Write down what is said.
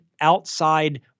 outside